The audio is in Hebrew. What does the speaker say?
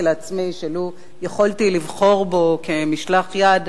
לעצמי שלו יכולתי לבחור בו כמשלח יד,